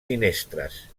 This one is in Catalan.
finestres